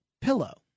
pillow